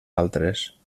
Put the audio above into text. altres